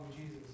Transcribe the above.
Jesus